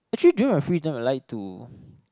actually during my free time I like to